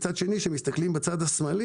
כאשר מסתכלים בצד שמאל,